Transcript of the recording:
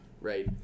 right